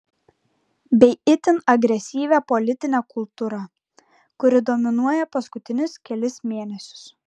bei itin agresyvia politine kultūra kuri dominuoja paskutinius kelis mėnesius